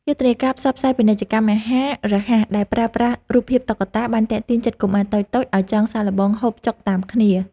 យុទ្ធនាការផ្សព្វផ្សាយពាណិជ្ជកម្មអាហាររហ័សដែលប្រើប្រាស់រូបភាពតុក្កតាបានទាក់ទាញចិត្តកុមារតូចៗឲ្យចង់សាកល្បងហូបចុកតាមគ្នា។